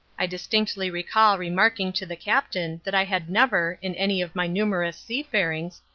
i distinctly recall remarking to the captain that i had never, in any of my numerous seafarings,